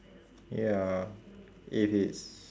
ya if it's